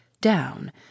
down